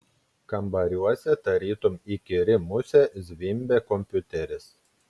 kambariuose tarytum įkyri musė zvimbė kompiuteris